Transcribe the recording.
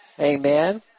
Amen